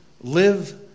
Live